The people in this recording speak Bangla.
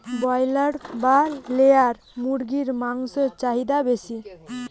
ব্রলার না লেয়ার মুরগির মাংসর চাহিদা বেশি?